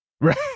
Right